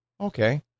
Okay